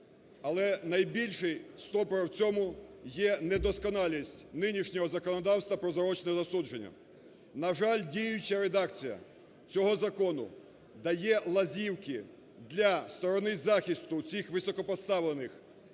Але найбільший ступор в цьому є недосконалість нинішнього законодавства про заочне засудження. На жаль, діюча редакція цього закону дає лазівки для сторони захисту цих високопоставлених